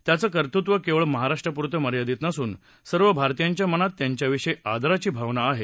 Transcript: त्यांचं कर्तृत्व केवळ महाराष्ट्रापूरतं मर्यादित नसून सर्व भारतीयांच्या मनात त्यांच्याविषयी आदराची भावना आहे